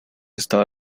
estaba